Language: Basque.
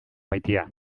maitea